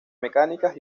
mecánicas